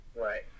Right